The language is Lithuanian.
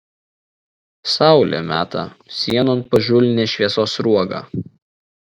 saulė meta sienon pažulnią šviesos sruogą